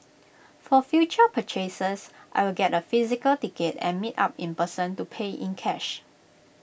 for future purchases I will get A physical ticket and meet up in person to pay in cash